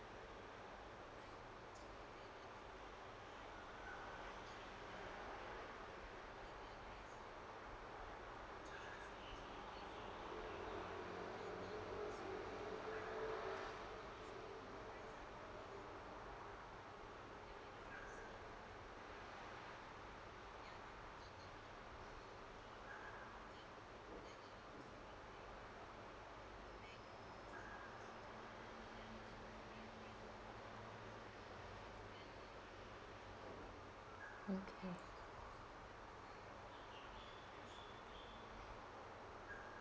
okay